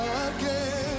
again